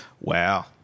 Wow